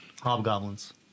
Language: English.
Hobgoblins